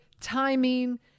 timing